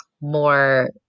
more